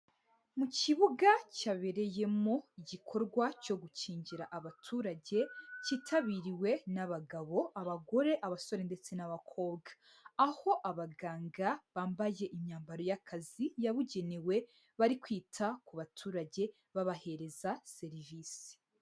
Mu kibuga cyabereyemo igikorwa cyo gukingira abaturage cyitabiriwe n'abagabo, abagore, abasore ndetse n'abakobwa, aho abaganga bambaye imyambaro y'akazi yabugenewe bari kwita ku baturage babahereza serivisi.